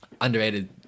underrated